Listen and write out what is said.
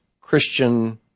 christian